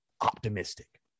optimistic